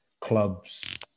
clubs